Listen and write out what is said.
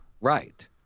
Right